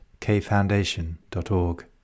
kfoundation.org